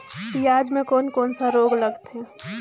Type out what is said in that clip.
पियाज मे कोन कोन सा रोग लगथे?